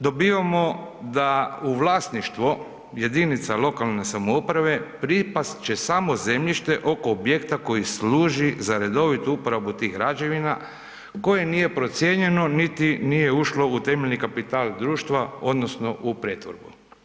Dobivamo da u vlasništvo jedinica lokalne samouprave pripast će samo zemljište oko objekta koje služi za redovitu uporabu tih građevina koje nije procijenjeno niti nije ušlo u temeljni kapital društva odnosno u pretvorbu.